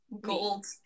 Gold